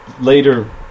later